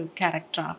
character